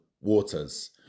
waters